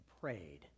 prayed